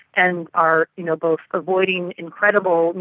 and are you know both avoiding incredible, you